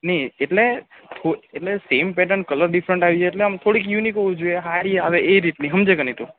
ની એટલે સ્પૉ એટલે સેમ પેટર્ન કલર ડિફરન્ટ આવી જાય એટલે આમ થોડીક યુનિક હોવી જોઇયે હારી આવે એ રીતની સમજે કે ને તું